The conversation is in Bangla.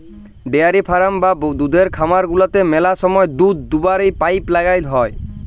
ডেয়ারি ফারাম বা দুহুদের খামার গুলাতে ম্যালা সময় দুহুদ দুয়াবার পাইপ লাইল থ্যাকে